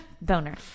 Boner